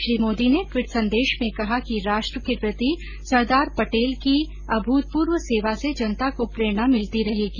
श्री मोदी ने ट्वीट संदेश में कहा कि राष्ट्र के प्रति सरदार पटेल की अभूतपूर्व सेवा से जनता को प्रेरणा मिलती रहेगी